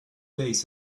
days